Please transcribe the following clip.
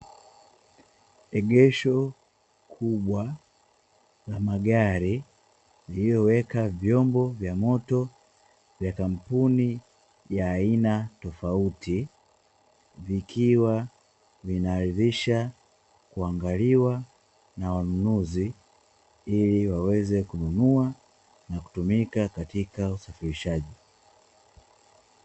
Egesho kubwa la magari, lililoweka vyombo vya moto vya kampuni ya aina tofauti, vikiwa vinaridhisha kuangaliwa na wanunuzi, ili waweze kununua na kutumika katika usafirishaji.